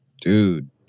dude